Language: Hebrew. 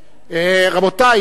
רבותי,